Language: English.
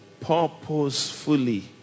purposefully